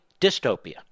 dystopia